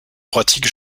pratique